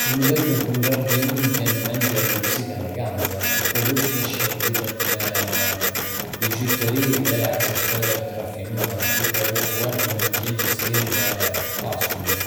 Kur mendoj për kulur argjendi, më vjen në mendje luksi dhe eleganca. Kjo kulur shpesh lidhet me bizhuteri dhe aksesorë të rafinuar, duke evokuar një ndjenjë stili dhe pasurie.